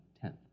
tenth